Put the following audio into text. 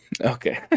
Okay